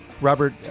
Robert